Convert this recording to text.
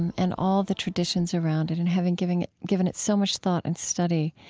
and and all the traditions around it and having given it given it so much thought and study,